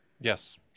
yes